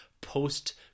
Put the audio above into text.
post